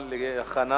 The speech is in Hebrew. בעד,